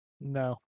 No